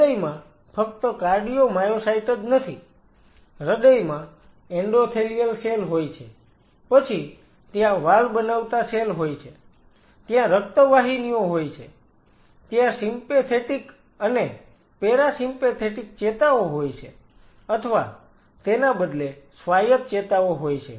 હૃદયમાં ફક્ત cardiomyocyte જ નથી હૃદયમાં એન્ડોથેલિયલ સેલ હોય છે પછી ત્યાં વાલ્વ બનાવતા સેલ હોય છે ત્યાં રક્ત વાહિનીઓ હોય છે ત્યાં સિમ્પેથેટિક અને પેરાસિમ્પેથેટિક ચેતાઓ હોય છે અથવા તેના બદલે સ્વાયત્ત ચેતાઓ હોય છે